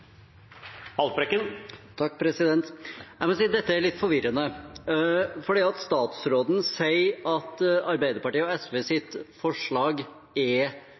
Jeg må si at dette er litt forvirrende. Statsråden sier at Arbeiderpartiet og SVs forslag er